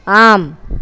ஆம்